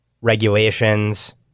regulations